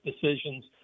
decisions